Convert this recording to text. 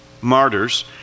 martyrs